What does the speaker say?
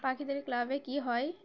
পাখিদের ক্লাবে কী হয়